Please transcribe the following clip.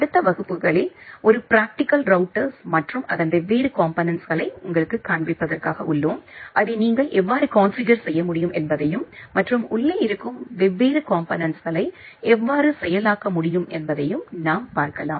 அடுத்த வகுப்புகளில்ஒரு practical routers மற்றும் அதன் வெவ்வேறு காம்போனெண்ட்ஸ்களை உங்களுக்குக் காண்பிப்பதற்காக உள்ளோம் அதை நீங்கள் எவ்வாறு கான்ஃபிகர் செய்ய முடியும் என்பதையும் மற்றும் உள்ளே இருக்கும் வெவ்வேறு காம்போனெண்ட்ஸ்களை எவ்வாறு செயலாக்க முடியும் என்பதையும் நாம் பார்க்கலாம்